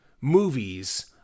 Movies